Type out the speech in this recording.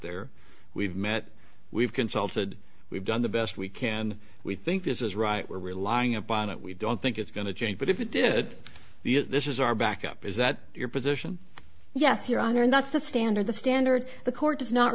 there we've met we've consulted we've done the best we can we think this is right we're relying upon it we don't think it's going to change but if it did the this is our backup is that your position yes your honor and that's the standard the standard the court does not